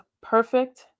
perfect